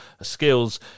skills